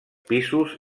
pisos